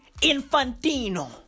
Infantino